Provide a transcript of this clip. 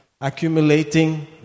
accumulating